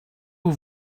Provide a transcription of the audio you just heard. aux